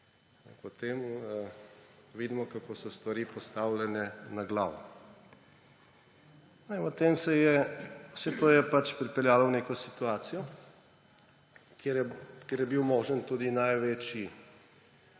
potem vidimo, kako so stvari postavljene na glavo. Vse to je pač pripeljalo v neko situacijo, kjer je bil možen tudi največji